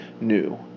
new